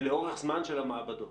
ולאורך זמן של המעבדות?